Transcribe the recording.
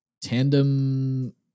Tandem